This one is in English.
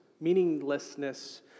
meaninglessness